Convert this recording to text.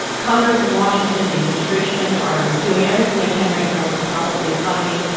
congress and washington and the administration are doing everything they can right now to prop up the economy.